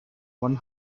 one